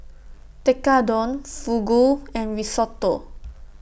Tekkadon Fugu and Risotto